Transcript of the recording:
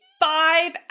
five